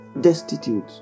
destitute